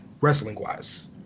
wrestling-wise